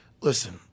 Listen